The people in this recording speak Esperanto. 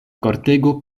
kortego